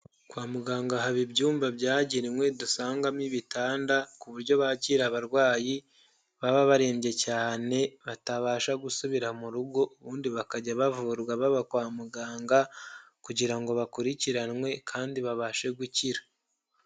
Kwa muganga haba ibyumba byagenwe dusangamo ibitanda, ku buryo bakira abarwayi baba barembye cyane, batabasha gusubira mu rugo, ubundi bakajya bavurwa baba kwa muganga kugira ngo bakurikiranwe kandi babashe gukira.